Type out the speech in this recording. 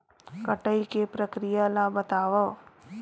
कटाई के प्रक्रिया ला बतावव?